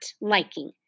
liking